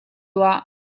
tuah